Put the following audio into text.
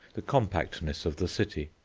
the compactness of the city,